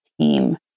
team